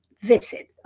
visit